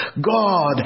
God